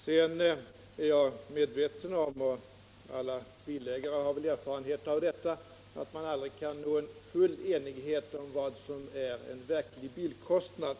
Sedan är jag medveten om — och alla bilägare har väl erfarenhet av detta — att vi aldrig kan nå full enighet om vad som är en verklig bilkostnad.